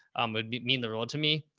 um would mean the world to me.